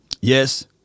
yes